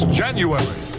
january